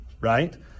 right